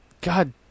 God